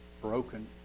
broken